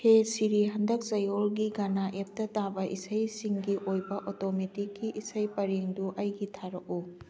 ꯍꯦ ꯁꯤꯔꯤ ꯍꯟꯗꯛ ꯆꯌꯣꯜꯒꯤ ꯒꯥꯅꯥ ꯑꯦꯞꯇ ꯇꯥꯕ ꯏꯁꯩꯁꯤꯡꯒꯤ ꯑꯣꯏꯕ ꯑꯣꯇꯣꯃꯦꯇꯤꯛꯀꯤ ꯏꯁꯩ ꯄꯔꯦꯡꯗꯨ ꯑꯩꯒꯤ ꯊꯥꯔꯛꯎ